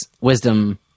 wisdom